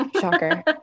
Shocker